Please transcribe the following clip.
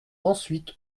ensuite